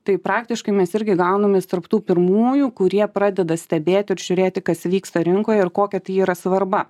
tai praktiškai mes irgi gaunamės tarp tų pirmųjų kurie pradeda stebėti ir žiūrėti kas vyksta rinkoje ir kokia yra svarba